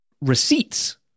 receipts